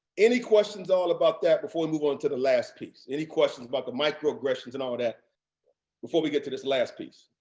any questions all about that before we move on to the last piece? any questions about the microaggressions and all that before we get to this last piece?